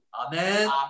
Amen